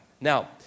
Now